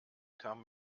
kam